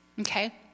okay